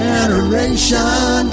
Generation